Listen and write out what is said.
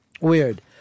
weird